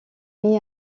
mis